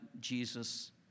Jesus